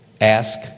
Ask